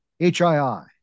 HII